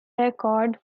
record